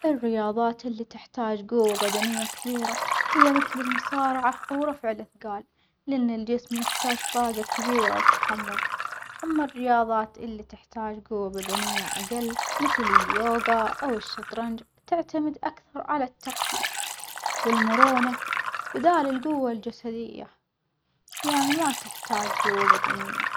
الرياظات اللي تحتاج جوة بدنية كبيرة هي مثل المصارعة أو رفع الأتجال، لأن الجسم يحتاج طاجة كبيرة وتحمل، أما الرياظات اللي تحتاج جوة بدنية أجل مثل اليوجا أو الشطرنج تعتمد أكثر على التركيز والمرونة بدال الجوة الجسدية، يعني ما تحتاج جوة بدنية.